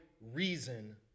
reason